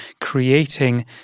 creating